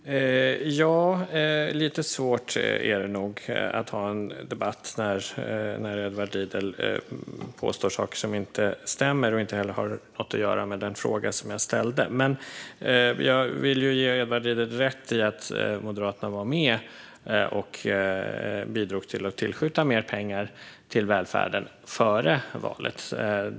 Fru talman! Ja, lite svårt är det nog att ha en debatt när Edward Riedl påstår saker som inte stämmer och som inte heller har något att göra med den fråga som jag ställde. Jag vill ge Edward Riedl rätt i att Moderaterna var med och bidrog till att tillskjuta mer pengar till välfärden före valet.